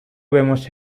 vemos